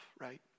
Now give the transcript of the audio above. right